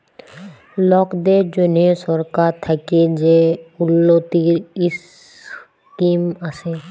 লকদের জ্যনহে সরকার থ্যাকে যে উল্ল্যতির ইসকিম আসে